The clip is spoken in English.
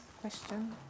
question